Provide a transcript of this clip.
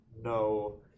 no